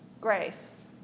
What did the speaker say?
Grace